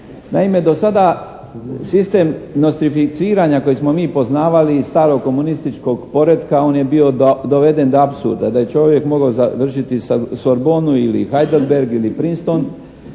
Naime, do sada sistem nostrificiranja kojeg smo mi poznavali iz starog komunističkog poretka on je bio doveden do apsurda da je čovjek mogao završiti Sorbonu ili Heidelberg ili Princeton